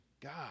God